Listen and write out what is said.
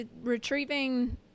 retrieving